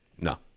No